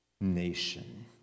nation